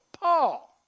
Paul